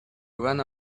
ran